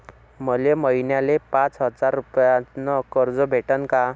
मले महिन्याले पाच हजार रुपयानं कर्ज भेटन का?